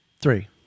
three